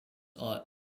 are